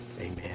Amen